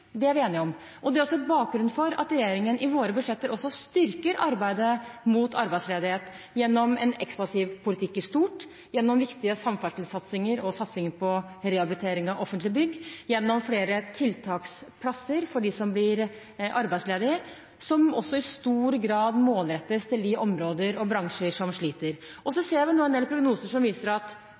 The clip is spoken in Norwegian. det er vi enige om. Det er bakgrunnen for at regjeringen i sine budsjetter også styrker arbeidet mot arbeidsledighet gjennom en ekspansiv politikk i stort, gjennom viktige samferdselssatsinger og satsinger på rehabilitering av offentlige bygg, gjennom flere tiltaksplasser for dem som blir arbeidsledige, som i stor grad også målrettes til de områder og bransjer som sliter. Vi ser nå en del prognoser som viser at